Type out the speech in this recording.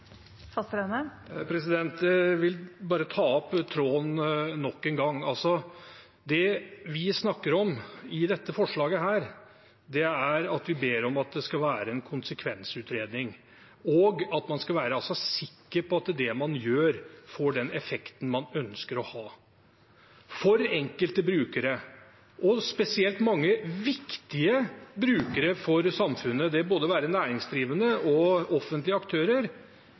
Jeg vil bare ta opp tråden nok en gang. Det vi snakker om i dette forslaget, er at vi ber om at det skal være en konsekvensutredning, og at man skal være sikker på at det man gjør, får den effekten man ønsker. For enkelte brukere, og spesielt mange viktige brukere for samfunnet, det være seg næringsdrivende eller offentlige aktører,